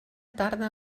tarda